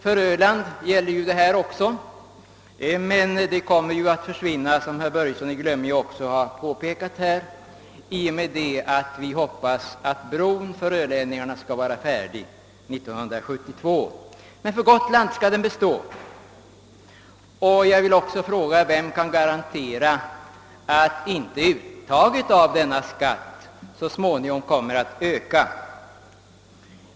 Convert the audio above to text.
För Öland gäller också skattskyldighet, men den kommer att försvinna — som herr Börjesson i Glömminge har påpekat — i och med att bron till Öland, som vi hoppas, är färdig år 1972. För Gotland skall den emellertid bestå. Vem kan för övrigt garantera att inte uttaget av denna skatt så småningom kommer att öka?